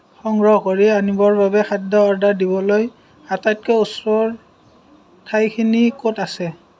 সংগ্ৰহ কৰি আনিবৰ বাবে খাদ্য অৰ্ডাৰ দিবলৈ আটাইতকৈ ওচৰৰ ঠাইখিনি ক'ত আছে